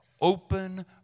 Open